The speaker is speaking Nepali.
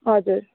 हजुर